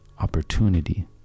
opportunity